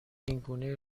اینگونه